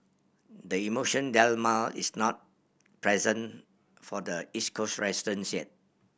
the emotion dilemma is not present for the East Coast resident